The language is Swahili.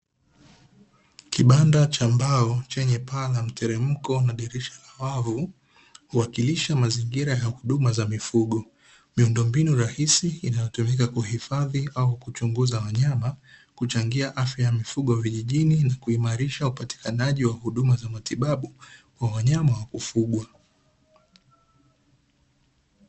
Kibanda cha mbao chenye paa la mteremko na dirisha la wavu, huwakilisha mazingira ya huduma za mifugo, miundombinu rahisi inayotumika kuhifadhi au kuchunguza wanyama kuchangia afya ya mifugo vijijini na kuimarisha upatikanaji wa huduma za matibabu kwa wanyama wa kufugwa.